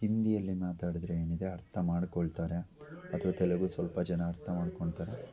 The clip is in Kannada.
ಹಿಂದಿಯಲ್ಲಿ ಮಾತಾಡದ್ರೆ ಏನಿದೆ ಅರ್ಥ ಮಾಡಿಕೊಳ್ತಾರೆ ಅಥ್ವಾ ತೆಲುಗು ಸ್ವಲ್ಪ ಜನ ಅರ್ಥ ಮಾಡಿಕೊಳ್ತಾರೆ